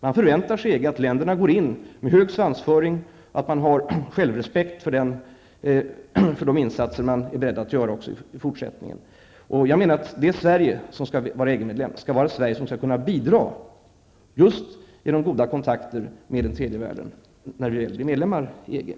Man förväntar sig inom EG att länderna går in med hög svansföring, att man har självrespekt för de insatser man är beredd att göra också i fortsättningen. Jag menar att det Sverige som skall vara EG medlem skall vara ett Sverige som skall kunna bidra just genom goda kontakter med den tredje världen.